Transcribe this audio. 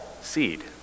seed